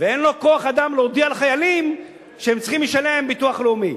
ואין לו כוח-אדם להודיע לחיילים שהם צריכים לשלם ביטוח לאומי.